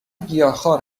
گیاهخوار